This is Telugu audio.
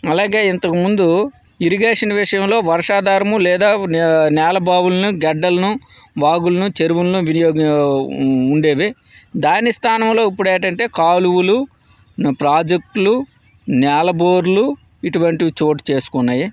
అలాగే ఇంతకుముందు ఇరిగేషన్ విషయంలో వర్షాధారము లేదా నేల బావులను గడ్డలను వాగులను చెరువులను వినియోగ ఉండేవి దాని స్థానంలో ఇప్పుడు ఏంటంటే కాలువలు ప్రాజెక్టులు నేల బోర్లు ఇటువంటి చోటుచేసుకున్నాయి